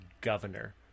governor